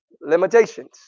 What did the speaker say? limitations